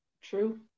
true